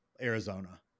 Arizona